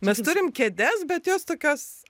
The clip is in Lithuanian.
mes turim kėdes bet jos tokios